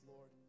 Lord